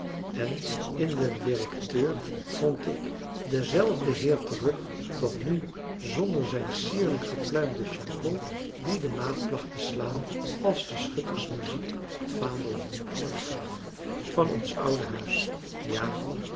en in den directeur vond ik denzelfden heer terug doch nu zonder zijn sierlijk gepluimde sjako die de maat placht te slaan als de schuttersmuziek het vaandel hielp afhalen van ons oude françois haverschmidt familie en kennissen huis ja